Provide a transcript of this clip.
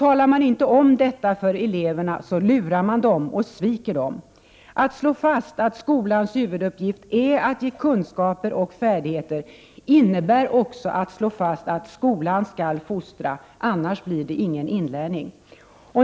Talar man inte om detta för eleverna, lurar man dem och sviker dem. Att slå fast att skolans huvuduppgift är att ge kunskaper och färdigheter innebär också att slå fast att skolan skall fostra, annars blir det ingen inlärning.